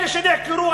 אלה שנעקרו,